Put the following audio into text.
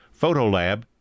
PhotoLab